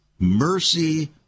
Mercy